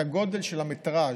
בגודל במטרז',